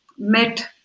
met